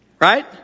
Right